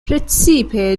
precipe